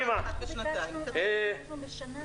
חברת הכנסת השכל, יש עוד הצעה של משרד החקלאות.